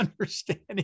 understanding